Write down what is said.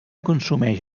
consumeix